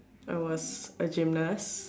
I was a gymnast